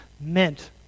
meant